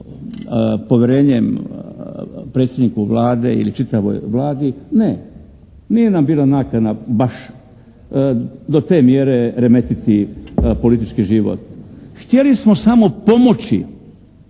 povjerenjem predsjedniku Vlade ili čitavoj Vladi, ne. Nije nam bila nakana baš do te mjere remetiti politički život. Htjeli smo samo pomoći,